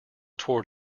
toward